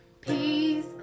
Peace